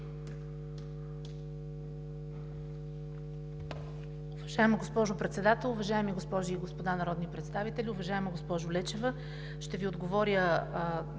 Уважаема госпожо Председател, уважаеми госпожи и господа народни представители! Уважаема госпожо Желева, създаването